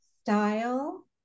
style